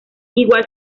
igual